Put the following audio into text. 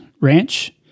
Ranch